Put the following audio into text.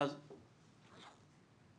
פתאום